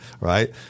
right